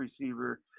receiver